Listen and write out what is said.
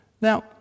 Now